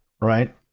right